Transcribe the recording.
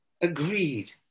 agreed